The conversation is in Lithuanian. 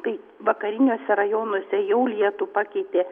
tai vakariniuose rajonuose jau lietų pakeitė